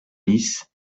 lys